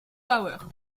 power